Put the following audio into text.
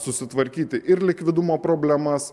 susitvarkyti ir likvidumo problemas